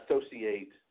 associate